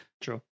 True